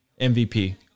MVP